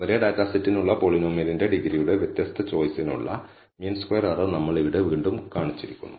ഒരേ ഡാറ്റാ സെറ്റിനുള്ള പോളിനോമിയലിന്റെ ഡിഗ്രിയുടെ വ്യത്യസ്ത ചോയിസിനുള്ള മീൻ സ്ക്വയർ എറർ നമ്മൾ ഇവിടെ വീണ്ടും കാണിച്ചിരിക്കുന്നു